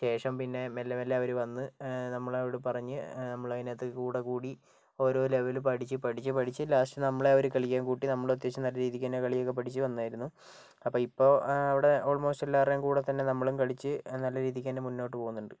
ശേഷം പിന്നെ മെല്ലെ മെല്ലെ അവർ വന്ന് നമ്മളോട് പറഞ്ഞ് നമ്മൾ അതിനകത്ത് കൂടെ കൂടി ഓരോ ലെവൽ പഠിച്ച് പഠിച്ച് പഠിച്ച് ലാസ്റ്റ് നമ്മളെ അവർ കളിക്കാൻ കൂട്ടി നമ്മൾ അത്യാവശ്യം നല്ല രീതിക്ക് തന്നെ കളിയൊക്കെ പഠിച്ച് വന്നായിരുന്നു അപ്പം ഇപ്പം അവിടെ ഓൾമോസ്റ്റ് എല്ലാവരുടെയും കൂടെ തന്നെ നമ്മളും കളിച്ച് നല്ല രീതിക്ക് തന്നെ മുൻപോട്ട് പോകുന്നുണ്ട്